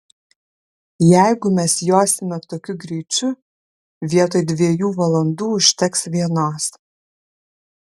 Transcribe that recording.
jeigu mes josime tokiu greičiu vietoj dviejų valandų užteks vienos